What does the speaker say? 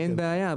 אין בעיה,